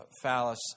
phallus